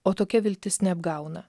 o tokia viltis neapgauna